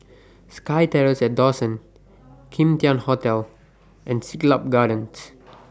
SkyTerrace At Dawson Kim Tian Hotel and Siglap Gardens